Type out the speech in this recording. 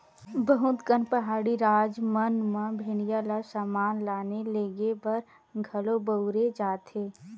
बहुत कन पहाड़ी राज मन म भेड़िया ल समान लाने लेगे बर घलो बउरे जाथे